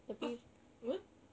ah what